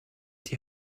die